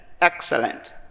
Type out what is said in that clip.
excellent